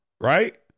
Right